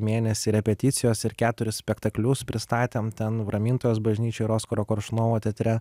mėnesį repeticijos ir keturis spektaklius pristatėm ten ramintojos bažnyčioj ir oskaro koršunovo teatre